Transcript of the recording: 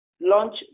launch